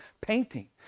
painting